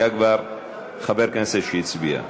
היה כבר חבר כנסת שהצביע.